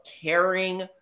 caring